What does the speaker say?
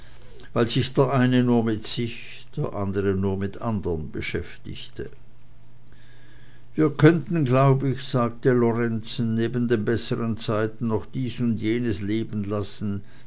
weil sich der eine nur mit sich der andre nur mit andern beschäftigte wir könnten glaub ich sagte lorenzen neben den besseren zeiten noch dies und das leben lassen